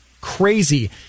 crazy